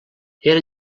era